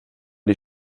die